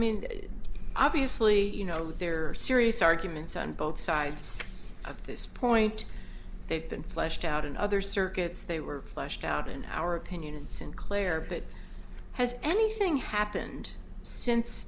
mean obviously you know there are serious arguments on both sides of this point they've been fleshed out in other circuits they were fleshed out in our opinion and sinclair but has anything happened since